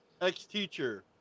Ex-teacher